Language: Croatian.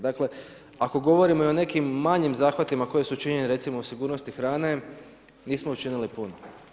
Dakle ako govorimo i o nekim manjim zahvatima koje su učinjene recimo u sigurnosti hrane, nismo učinili puno.